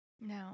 No